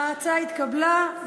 ההצעה התקבלה.